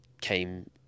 came